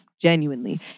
genuinely